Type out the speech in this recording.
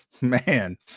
Man